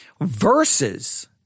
Verses